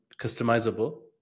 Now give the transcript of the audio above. customizable